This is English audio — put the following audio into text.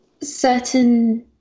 Certain